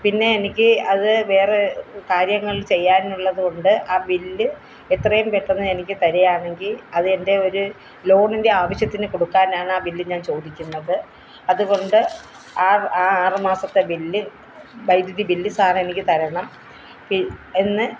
പിന്നെ എനിക്ക് അതു വേറെ കാര്യങ്ങള് ചെയ്യാനുള്ളതു കൊണ്ട് ആ ബില്ല് എത്രയും പെട്ടെന്ന് എനിക്ക് തരികയാണെങ്കിൽ അതെന്റെ ഒരു ലോണിന്റെ ആവശ്യത്തിന് കൊടുക്കാനാണാ ബില്ല് ഞാന് ചോദിക്കുന്നത് അതുകൊണ്ട് അ ആ ആറുമാസത്തെ ബില്ല് വൈദ്യുതി ബില്ല് സാറെനിക്ക് തരണം പി എന്ന്